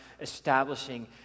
establishing